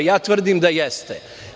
Tvrdim da jeste.